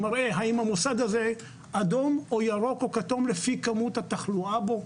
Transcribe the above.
שמראה האם המוסד הזה אדום או ירוק או כתוב על פי כמות התחלואה בו.